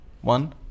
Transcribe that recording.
One